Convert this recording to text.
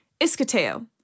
Iskateo